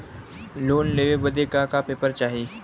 Loan लेवे बदे का का पेपर चाही?